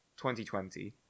2020